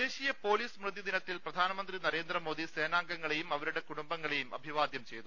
ദേശീയ പൊലീസ് സ്മൃതി ദിനത്തിൽ പ്രധാനമന്ത്രി നരേന്ദ്ര മോദി സേനാംഗങ്ങളെയും അവരുടെ കുടുംബങ്ങളെയും അഭി വാദ്യം ചെയ്തു